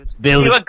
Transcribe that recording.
Billy